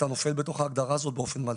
אתה נופל בתוך ההגדרה הזאת באופן מלא.